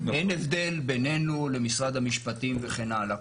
אין הבדל בינינו למשרד המשפטי וכן הלאה.